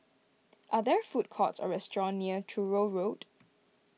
are there food courts or restaurants near Truro Road